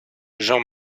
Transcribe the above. jean